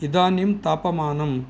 इदानीं तापमानम्